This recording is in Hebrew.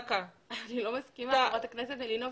אני לא מסכימה עם חברת הכנסת מלינובסקי.